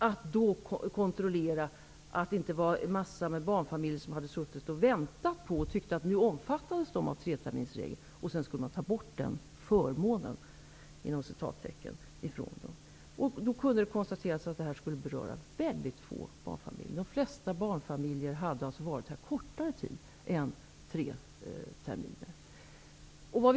Det kontrollerades att det inte fanns en massa barnfamiljer som hade suttit och väntat och tyckte att de omfattades av treterminsregel då man skulle ta den ''förmånen'' ifrån dem. Det kunde då konstateras att det skulle beröra mycket få barnfamiljer. De flesta barnfamiljer hade varit här kortare tid än tre terminer.